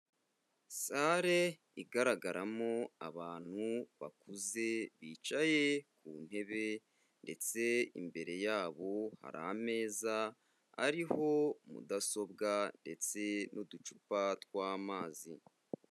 Sale igaragaramo abantu bakuze bicaye ku ntebe ndetse imbere yabo hari ameza ariho mudasobwa ndetse n'uducupa tw'amazi.